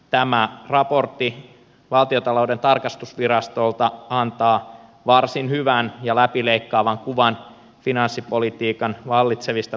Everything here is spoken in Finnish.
tämä raportti valtiontalouden tarkastusvirastolta antaa varsin hyvän ja läpileikkaavan kuvan finanssipolitiikan vallitsevista tosiasioista